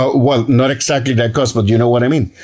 but well, not exactly like us, but you know what i mean.